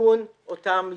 לתיקון אותם ליקויים.